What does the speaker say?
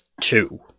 two